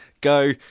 go